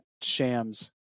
Sham's